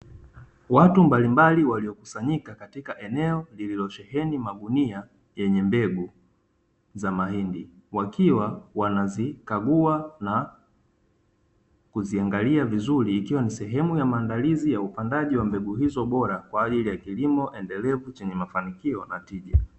Watu mbalimbali waliokusanyika katika eneo lililosheheni magunia yenye mbegu za mahindi wakiwa wanazikagua na kuziangalia vizuri, ikiwa ni sehemu ya maandalizi ya upandaji wa mbegu hizo bora kwa ajili ya kilimo endelevu chenye mafanikio na tija.